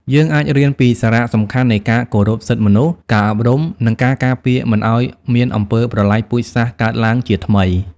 យើងអាចរៀនពីសារៈសំខាន់នៃការគោរពសិទ្ធិមនុស្ស ការអប់រំ និងការការពារមិនឲ្យមានអំពើប្រល័យពូជសាសន៍កើតឡើងជាថ្មី។